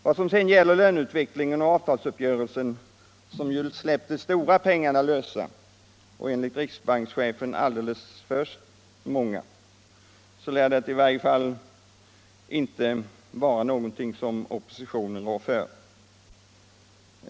Vad sedan gäller löneutvecklingen och avtalsuppgörelsen som ju släppte loss de stora pengarna — enligt riksbankschefen alldeles för mycket —- lär det inte vara någonting som oppositionen rår för.